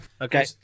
Okay